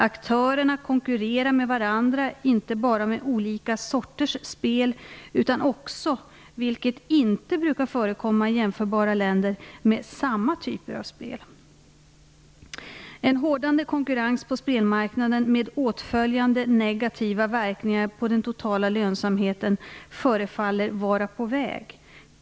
Aktörerna konkurrerar med varandra, inte bara med olika sorters spel utan också - vilket inte brukar förekomma i jämförbara länder - med samma typer av spel. En hårdnande konkurrens på spelmarknaden med åtföljande negativa verkningar på den totala lönsamheten förefaller vara på väg.